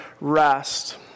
rest